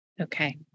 Okay